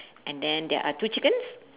and then there are two chickens